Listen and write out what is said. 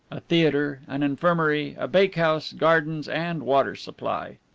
a theatre, an infirmary, a bakehouse, gardens, and water supply.